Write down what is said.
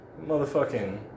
motherfucking